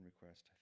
request